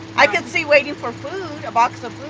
i could see waiting for food, a box of